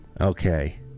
Okay